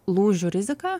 lūžių rizika